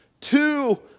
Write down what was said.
two